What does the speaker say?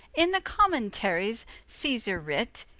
in the commentaries caesar writ,